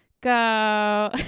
go